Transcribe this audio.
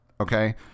Okay